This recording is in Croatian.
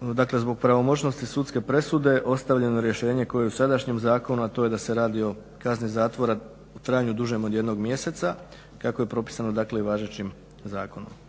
dakle zbog pravomoćnosti sudske presude ostavljeno je rješenje koje je u sadašnjem zakonu a to je da se radi o kazni zatvora u trajanju dužem od 1 mjeseca kako je propisano dakle i važećim zakonom.